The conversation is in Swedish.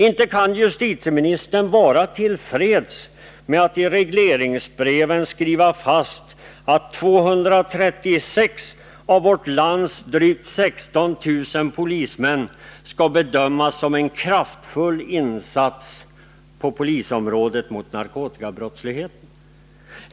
Inte kan justitieministern vara till freds med att i regleringsbreven skriva fast att 236 av vårt lands drygt 16 000 polismän skall bedömas som en kraftfull insats på polisområdet mot narkotikabrottsligheten?